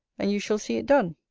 and you shall see it done.